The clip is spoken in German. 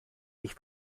ich